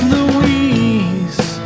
Louise